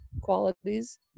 qualities